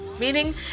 meaning